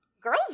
girls